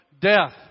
death